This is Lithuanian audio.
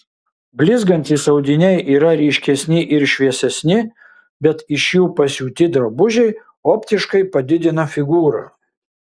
blizgantys audiniai yra ryškesni ir šviesesni bet iš jų pasiūti drabužiai optiškai padidina figūrą